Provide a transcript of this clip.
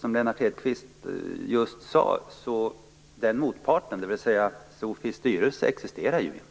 Som Lennart Hedquist just sade existerar inte den motparten, dvs. SOFI:s styrelse.